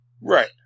Right